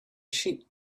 sheep